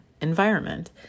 environment